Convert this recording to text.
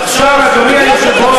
התחלתם לחשוב,